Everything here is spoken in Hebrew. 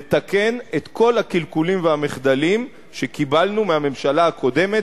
לתקן את כל הקלקולים והמחדלים שקיבלנו מהממשלה הקודמת.